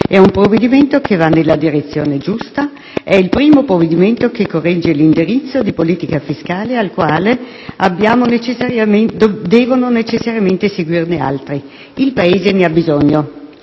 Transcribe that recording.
È un provvedimento che va nella direzione giusta; è il primo provvedimento che corregge l'indirizzo di politica fiscale al quale devono necessariamente seguirne altri. Il Paese ne ha bisogno.